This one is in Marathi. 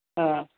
हां